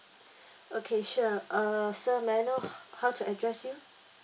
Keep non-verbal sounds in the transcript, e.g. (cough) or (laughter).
okay sure uh sir may I know (breath) how to address you